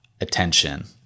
attention